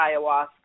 Ayahuasca